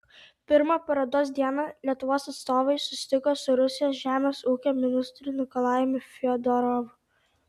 pirmą parodos dieną lietuvos atstovai susitiko su rusijos žemės ūkio ministru nikolajumi fiodorovu